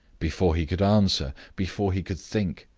before he could answer, before he could think,